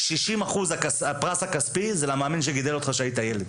60% הפרס הכספי זה למאמן שגידל אותך כשהיית ילד.